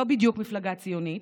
לא בדיוק מפלגה ציונית,